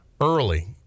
early